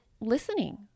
listening